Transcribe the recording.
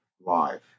live